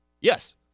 Yes